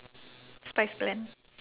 spice blend